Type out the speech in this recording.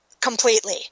completely